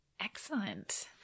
Excellent